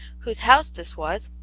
whose house this was,